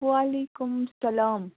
وعلیکُم سَلام